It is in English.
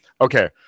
okay